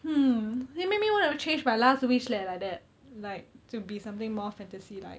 hmm you make me want to change my last wish leh like that like to be something more fantasy like